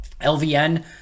LVN